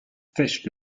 fesches